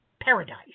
paradise